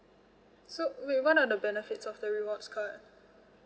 so wait what are the benefits of the rewards card